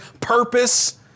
purpose